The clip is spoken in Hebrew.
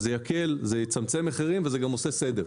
זה יקל, זה יצמצם מחירים וזה גם עושה סדר.